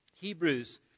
Hebrews